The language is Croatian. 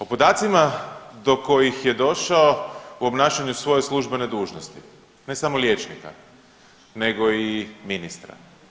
O podacima do kojih je došao u obnašanju svoje službene dužnosti, ne samo liječnika, nego i ministra.